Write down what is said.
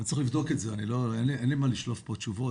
אבל צריך לבדוק את זה, אין לי מה לשלוף פה תשובות.